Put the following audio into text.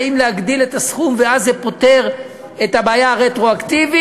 האם להגדיל את הסכום ואז זה פותר את הבעיה הרטרואקטיבית.